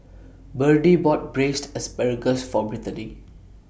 Birdie bought Braised Asparagus For Brittaney